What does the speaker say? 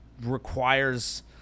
requires